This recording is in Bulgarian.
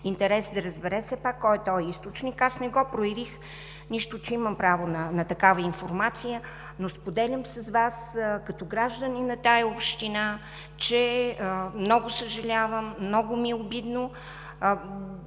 интерес да разбере кой е този източник, аз не го проверих, нищо че имам право на такава информация, но споделям с Вас като гражданин на тази община, че много съжалявам и ми е обидно